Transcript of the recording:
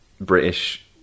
British